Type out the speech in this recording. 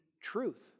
truth